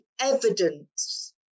evidence